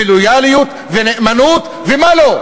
ולויאליות ונאמנות ומה לא.